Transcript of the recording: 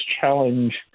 challenge